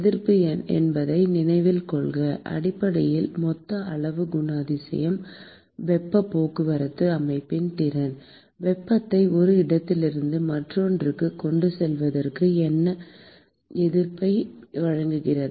எதிர்ப்பு என்பதை நினைவில் கொள்க அடிப்படையில் மொத்த அளவு குணாதிசயம் வெப்பம் போக்குவரத்து அமைப்பின் திறன் வெப்பத்தை ஒரு இடத்திலிருந்து மற்றொன்றுக்கு கொண்டு செல்வதற்கு என்ன எதிர்ப்பை வழங்குகிறது